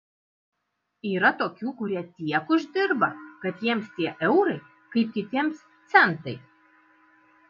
yra tokių kurie tiek uždirba kad jiems tie eurai kaip kitiems centai